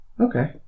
Okay